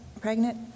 pregnant